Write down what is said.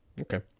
Okay